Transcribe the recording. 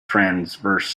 transverse